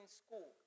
school